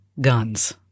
guns